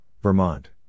Vermont